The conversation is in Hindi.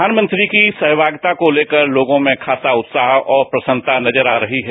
प्रधानमंत्री की सहभागिता को लेकर लोगों में खासा उत्साह और प्रसन्नता नजर आ रही है